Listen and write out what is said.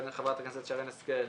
חברת הכנסת שרן השכל,